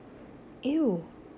!eww!